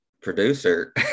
producer